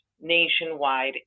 nationwide